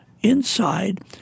inside